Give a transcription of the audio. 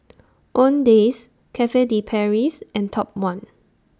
Owndays Cafe De Paris and Top one